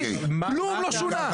כלום לא שונה.